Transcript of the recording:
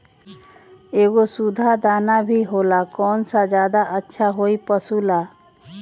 एगो सुधा दाना भी होला कौन ज्यादा अच्छा होई पशु ला?